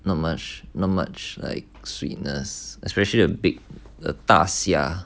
not much not much like sweetness especially a big 大虾